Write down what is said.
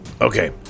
Okay